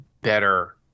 better